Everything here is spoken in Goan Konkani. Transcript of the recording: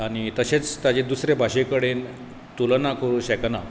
आनी तशेंच ताचें दुसऱ्या भाशे कडेन तुलना करूं शकना